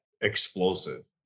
explosive